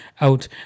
out